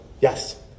Yes